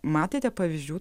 matėte pavyzdžių